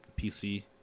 PC